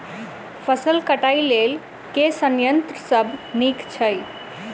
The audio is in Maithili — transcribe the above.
फसल कटाई लेल केँ संयंत्र सब नीक छै?